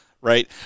right